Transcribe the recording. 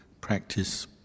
practice